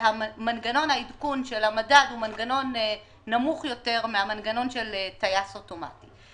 מנגנון העדכון של המדד הוא מנגנון נמוך יותר מהמנגנון של טייס אוטומטי.